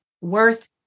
worth